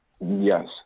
Yes